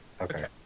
Okay